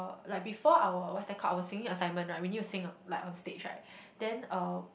like before our what's that called our singing assignment right we need to sing a like on stage right then uh